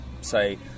say